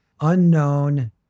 unknown